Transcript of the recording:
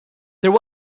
there